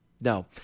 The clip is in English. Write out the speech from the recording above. no